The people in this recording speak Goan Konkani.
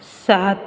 सात